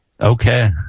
Okay